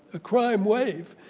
a crime wave,